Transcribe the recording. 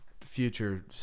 future